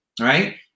right